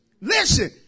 Listen